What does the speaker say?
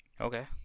okay